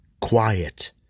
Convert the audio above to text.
Quiet